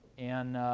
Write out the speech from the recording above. and